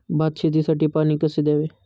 भात शेतीसाठी पाणी कसे द्यावे?